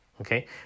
okay